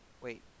wait